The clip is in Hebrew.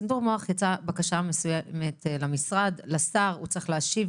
יצאה בקשה מסוימת למשרד ולשר לגבי תנצור מוח,